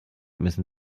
müssen